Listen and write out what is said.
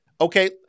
Okay